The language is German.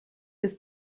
des